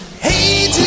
Hey